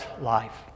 life